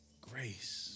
grace